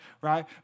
right